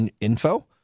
info